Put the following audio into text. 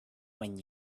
when